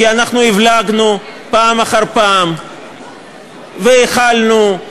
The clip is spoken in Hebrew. כי אנחנו הבלגנו פעם אחר פעם, והכלנו,